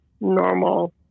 normal